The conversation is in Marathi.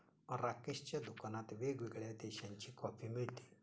राकेशच्या दुकानात वेगवेगळ्या देशांची कॉफी मिळते